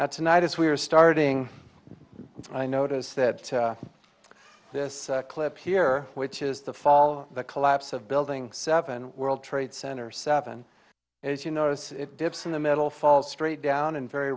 that tonight as we are starting i notice that this clip here which is the fall of the collapse of building seven world trade center seven as you notice it dips in the middle fall straight down and very